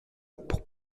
pour